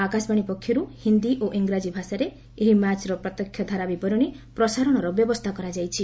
ଆକାଶବାଣୀ ପକ୍ଷରୁ ହିନ୍ଦି ଓ ଇଂରାଜୀ ଭାଷାରେ ଏହି ମ୍ୟାଚର ପ୍ରତ୍ୟକ୍ଷ ଧାରାବିବରଣୀ ପ୍ରସାରଣର ବ୍ୟବସ୍ଥା କରାଯାଇଛି